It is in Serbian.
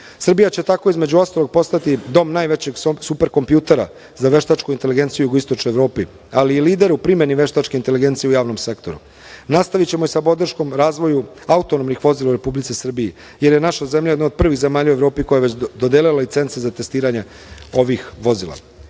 godinu. Srbija će tako, između ostalog, postati dom najvećeg „Superkompjutera“ za veštačku inteligenciju u jugoistočnoj Evropi, ali i lider u primeni veštačke inteligencije u javnom sektoru. Nastavićemo sa podrškom u razvoju autonomnih vozila Republici Srbiji, jer je naša zemlja jedna od prvih zemalja u Evropi koja je već dodelila licence za testiranje ovih vozila.